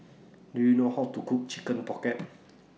Do YOU know How to Cook Chicken Pocket